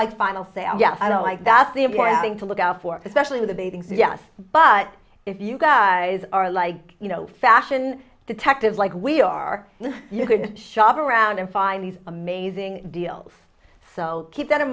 like final say oh yeah i don't like that's the important thing to look out for especially with a bathing suit yes but if you guys are like you know fashion detectives like we are you could shop around and find these amazing deals so keep that in